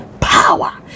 power